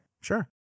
Sure